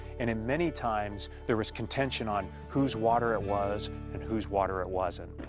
and and many times there was contention on whose water it was and whose water it wasn't.